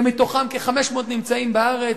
שמתוכם כ-500 נמצאים בארץ,